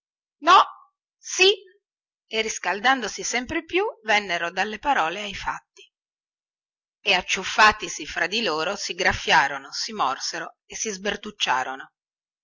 no si e riscaldandosi sempre più vennero dalle parole ai fatti e acciuffatisi fra di loro si graffiarono si morsero e si